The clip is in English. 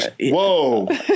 whoa